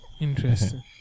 Interesting